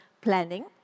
planning